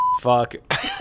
Fuck